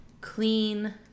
clean